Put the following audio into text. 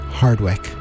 hardwick